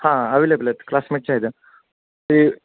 हां अवेलेबल आहेत क्लासमेटचे आहेत ते